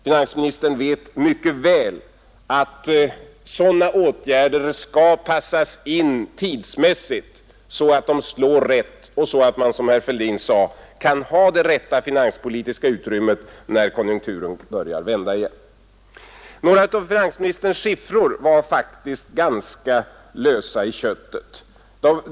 Finansministern vet mycket väl att sådana åtgärder skall passas in tidsmässigt så att de slår rätt och så att man, som herr Fälldin sade, kan ha det rätta finanspolitiska utrymmet när konjunkturen börjar vända igen. Några av finansministerns siffror var faktiskt ganska lösa i köttet.